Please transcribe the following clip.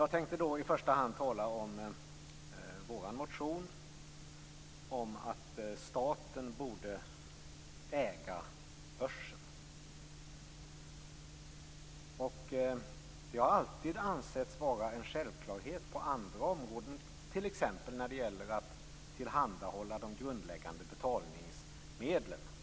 Jag tänkte i första hand tala om vår motion, om att staten borde äga börsen. Det har alltid ansetts vara en självklarhet på andra områden, t.ex. när det gäller att tillhandahålla de grundläggande betalningsmedlen.